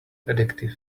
addictive